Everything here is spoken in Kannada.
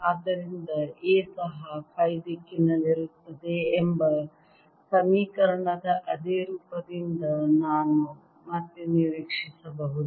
ಆದ್ದರಿಂದ A ಸಹ ಫೈ ದಿಕ್ಕಿನಲ್ಲಿರುತ್ತದೆ ಎಂಬ ಸಮೀಕರಣದ ಅದೇ ರೂಪದಿಂದ ನಾನು ಮತ್ತೆ ನಿರೀಕ್ಷಿಸಬಹುದು